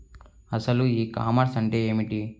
అసలు e commerce అంటే ఏమిటి?